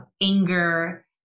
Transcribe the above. anger